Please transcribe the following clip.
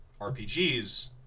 RPGs